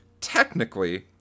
technically